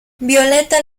violeta